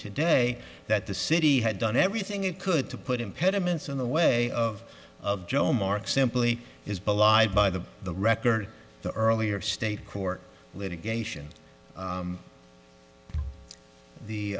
today that the city had done everything it could to put impediments in the way of of joe mark simply is belied by the the record the earlier state court litigation